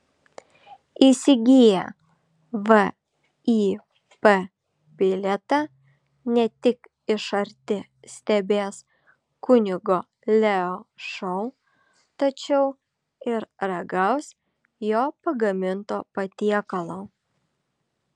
įsigiję vip bilietą ne tik iš arti stebės kunigo leo šou tačiau ir ragaus jo pagaminto patiekalo